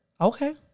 Okay